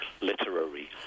literary